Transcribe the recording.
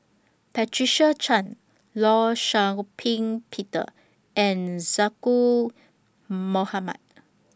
Patricia Chan law Shau Ping Peter and Zaqy Mohamad